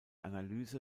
analyse